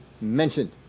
mentioned